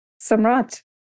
Samrat